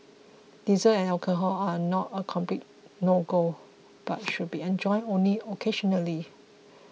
desserts and alcohol are not a complete no go but should be enjoyed only occasionally